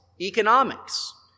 economics